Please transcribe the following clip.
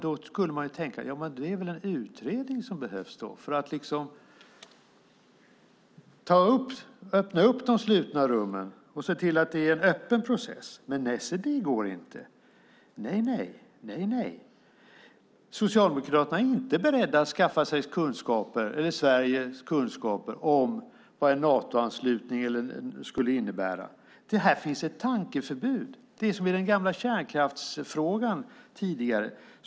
Då behövs väl en utredning för att öppna de slutna rummen och se till att det blir en öppen process? Men se: Nej, det går inte! Socialdemokraterna är inte beredda att skaffa Sverige kunskaper om vad en Natoanslutning skulle innebära. Här finns ett tankeförbud. Det är som i den gamla kärnkraftsfrågan.